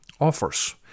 offers